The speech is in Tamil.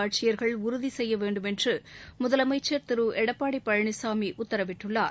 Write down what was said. ஆட்சியர்கள் உறுதி செய்ய வேண்டும் என்று முதலமைச்சர் திரு எடப்பாடி பழனிசாமி டத்தரவிட்டுள்ளார்